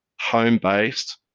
home-based